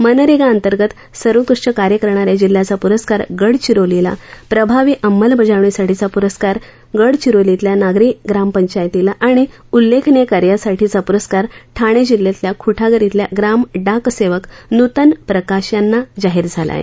मनरेगा अंतर्गत सर्वोत्कृष्ट कार्य करणाऱ्या जिल्ह्याचा पुरस्कार गडचिरोलीला प्रभावी अंमलबजावणीसाठीचा पुरस्कार गडचिरोलीतल्या नागरी ग्रामपंचायतीला आणि उल्लेखनीय कार्यासाठीचा पुरस्कार ठाणे जिल्ह्यातल्या खुटाघर इथल्या ग्राम डाकसेवक नूतन प्रकाश यांना जाहीर झाला आहे